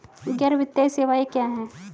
गैर वित्तीय सेवाएं क्या हैं?